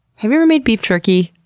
have you ever made beef jerky?